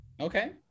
okay